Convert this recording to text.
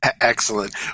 Excellent